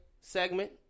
segment